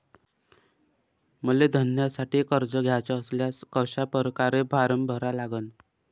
मले धंद्यासाठी कर्ज घ्याचे असल्यास कशा परकारे फारम भरा लागन?